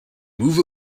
move